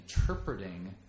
interpreting